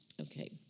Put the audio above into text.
okay